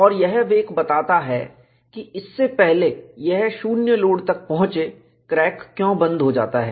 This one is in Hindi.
और यह वेक बताता है कि इससे पहले यह जीरो लोड तक पहुंचे क्रैक क्यों बंद हो जाता है